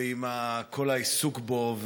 ועם כל העיסוק בו,